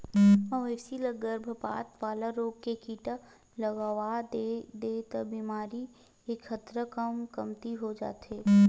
मवेशी ल गरभपात वाला रोग के टीका लगवा दे ले ए बेमारी के खतरा ह कमती हो जाथे